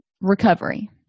recovery